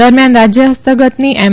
દરમિયાન રાજય ફસ્તગતની એમ